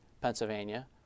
Pennsylvania